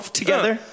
together